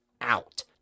out